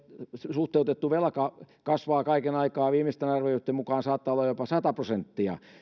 suhteutettu velka kasvaa kaiken aikaa viimeisten arvioitten mukaan se saattaa olla jopa sata prosenttia